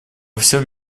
всем